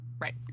Right